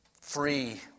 free